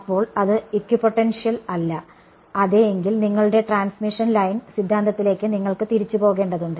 അപ്പോൾ അത് ഇക്വിപോട്ടൻഷ്യൽ അല്ല അതെ എങ്കിൽ നിങ്ങളുടെ ട്രാൻസ്മിഷൻ ലൈൻ സിദ്ധാന്തത്തിലേക്ക് നിങ്ങൾക്ക് തിരിച്ചുപോകേണ്ടതുണ്ട്